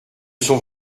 sont